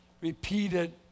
repeated